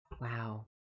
Wow